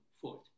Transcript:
foot